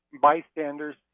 bystanders